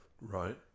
Right